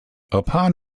upon